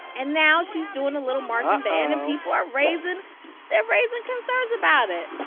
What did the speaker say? and now she's doing a little marching and people are raising they're raising concerns about it